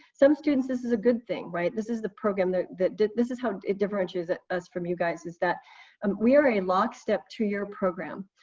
some students, this is a good thing, right? this is the program that, this is how it differentiates us from you guys is that um we are a lock-step two-year program.